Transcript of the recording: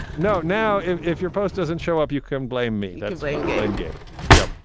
no. now, if if your post doesn't show up, you can blame me. there's a blame game yeah,